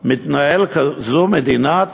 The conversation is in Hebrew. מתנהלת כזאת מדינת